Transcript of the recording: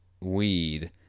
weed